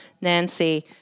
Nancy